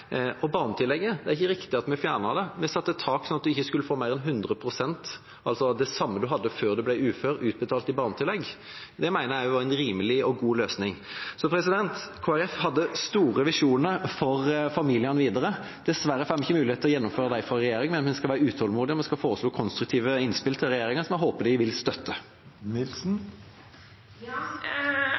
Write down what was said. Barnetillegget: Det er ikke riktig at vi fjernet det. Vi satte et tak slik at en ikke skulle få mer enn 100 pst. av det en hadde før en ble ufør, utbetalt i barnetillegg. Det mener jeg er en rimelig og god løsning. Kristelig Folkeparti hadde store visjoner for familiene videre. Dessverre får vi ikke mulighet til å gjennomføre dem fra regjering, men vi skal være utålmodige, og vi skal foreslå konstruktive innspill til regjeringa, som jeg håper de vil støtte.